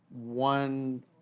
one